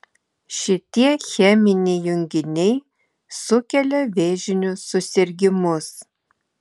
šitie cheminiai junginiai sukelia vėžinius susirgimus